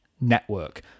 network